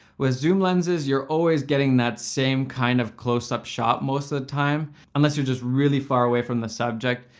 with zoom lenses, you're always getting that same kind of close-up shot most of the time, unless you're just really far away from the subject,